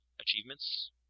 Achievements